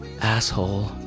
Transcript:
Asshole